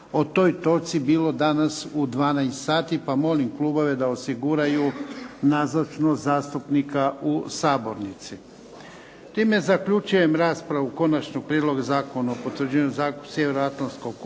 o toj točci bilo danas u 12 sati, pa molim klubove da osiguraju nazočnost zastupnika u sabornici. Time zaključujem raspravu o Konačnom prijedlogu Zakona o potvrđivanju Sjevernoatlanskog ugovora.